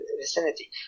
vicinity